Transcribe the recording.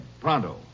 pronto